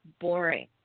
boring